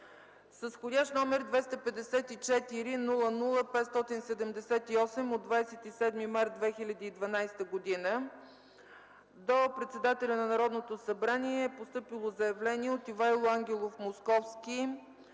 С вх. № 254-00-578 от 27 март 2012 г. до председателя на Народното събрание е постъпило заявление от Ивайло Ангелов Московски,